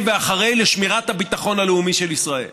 ואחרי לשמירת הביטחון הלאומי של ישראל.